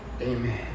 Amen